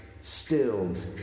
stilled